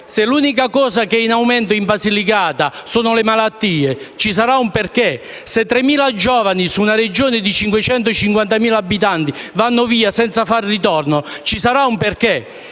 se l'unica cosa che aumenta in Basilicata è il numero delle malattie, ci sarà un perché; se 3.000 giovani, su una Regione di 550.000 abitanti, vanno via senza farvi ritorno, ci sarà un perché.